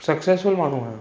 successful माण्हू आहियां